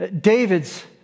David's